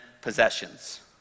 possessions